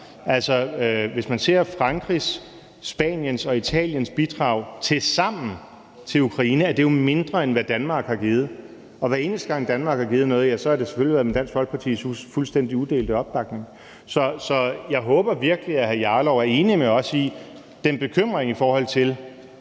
dem. Hvis man ser Frankrigs, Spaniens og Italiens bidrag tilsammen til Ukraine, er det jo mindre, end hvad Danmark har givet. Hver eneste gang Danmark har givet noget, har det selvfølgelig været med Dansk Folkepartis fuldstændig udelte opbakning. Så jeg håber virkelig, at hr. Rasmus Jarlov er enig med os i den bekymring over,